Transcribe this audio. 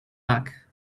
back